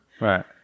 Right